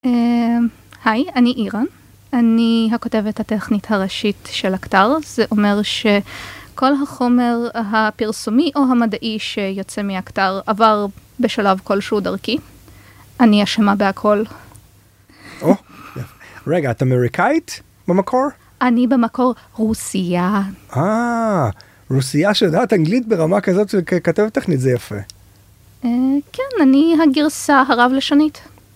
היי אני אירן אני הכותבת הטכנית הראשית של הכתר זה אומר שכל החומר הפרסומי או המדעי שיוצא מהכתר עבר בשלב כלשהו דרכי אני אשמה בהכל. רגע את אמריקאית במקור אני במקור רוסיה. רוסיה שאתה את אנגלית ברמה כזאת כתבת תכנית זה יפה. אני הגרסה הרב לשונית.